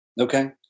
Okay